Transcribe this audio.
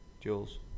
Jules